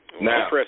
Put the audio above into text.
Now